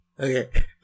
Okay